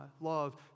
love